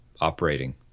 operating